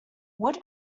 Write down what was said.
what